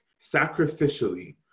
sacrificially